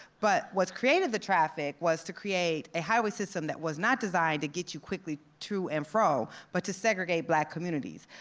but what's created the traffic was to create a high way system that was not designed to get you quickly to and fro but to segregate black communities.